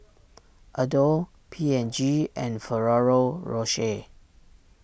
Adore P and G and Ferrero Rocher